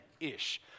Ish